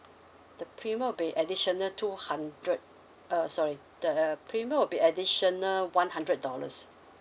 the premium will be additional two hundred uh sorry the premium will be additional one hundred dollars